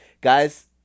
guys